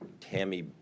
Tammy